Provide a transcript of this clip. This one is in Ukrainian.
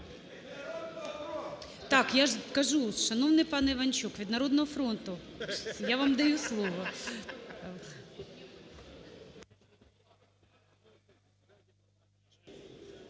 Так, я ж кажу, шановний пане Іванчук, від "Народного фронту" я вам даю слово.